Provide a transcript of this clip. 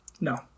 No